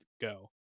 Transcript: go